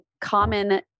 common